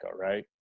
right